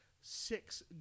six